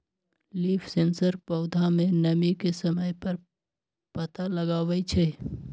leaf sensor पौधा में नमी के समय पर पता लगवई छई